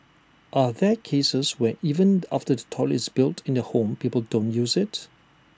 are there cases where even after the toilet is built in the home people don't use IT